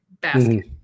basket